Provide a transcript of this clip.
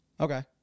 Okay